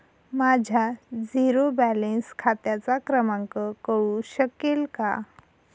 माझ्या zero balance खात्याचा क्रमांक कळू शकेल का?